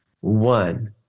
One